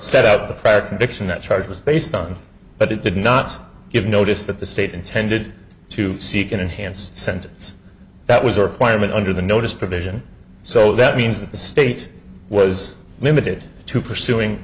that charge was based on but it did not give notice that the state intended to seek an enhanced sentence that was a requirement under the notice provision so that means that the state was limited to pursuing